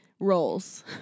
roles